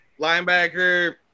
linebacker